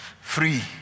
free